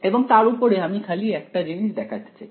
এবং তার উপরে আমি খালি একটা জিনিস দেখাতে চাই